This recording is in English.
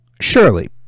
Surely